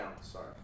Sorry